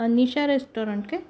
Anisha restaurant काय